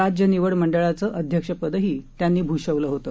राज्य निवड मंडळाचं अध्यक्षपदही त्यांनी भूषवलं होतं